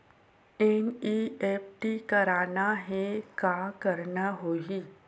NEFT करना हे का करना होही?